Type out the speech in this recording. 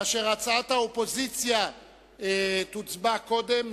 כאשר על הצעת האופוזיציה נצביע קודם,